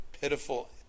pitiful